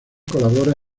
colabora